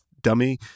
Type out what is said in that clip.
dummy